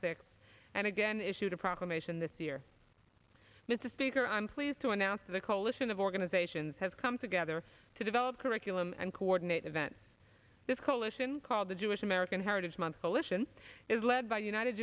six and again issued a proclamation this year mr speaker i'm pleased to announce the coalition of organizations has come together to develop curriculum and coordinate events this coalition called the jewish american heritage month coalition is led by united